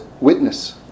witness